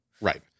Right